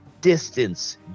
distance